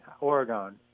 Oregon